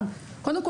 כל,